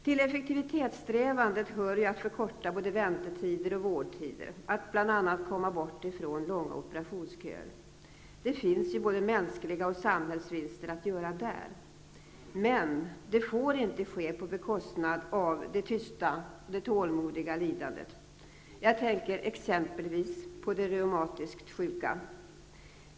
Till effektivitetssträvandena hör att förkorta både väntetider och vårdtider, att bl.a. komma bort från långa operationsköer. Det finns ju både mänskliga och samhälleliga vinster att göra där. Men det får inte ske på bekostnad av det tysta och tålmodiga lidandet. Jag tänker exempelvis på de reumatiskt sjuka.